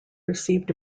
received